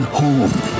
home